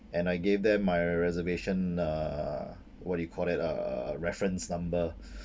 and I gave them my reservation uh what do you call it uh reference number